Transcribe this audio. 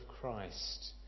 Christ